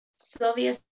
Sylvia